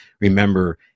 remember